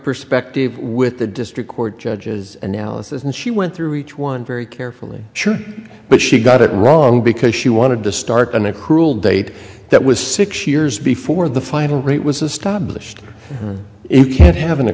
perspective with the district court judges analysis and she went through each one very carefully sure but she got it wrong because she wanted to start an accrual date that was six years before the final rate was established in can't have an